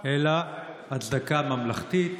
אין לה שום הצדקה אחרת.